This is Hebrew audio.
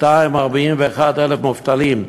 241,000 מובטלים.